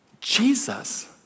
Jesus